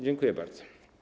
Dziękuję bardzo.